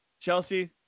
Chelsea